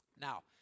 Now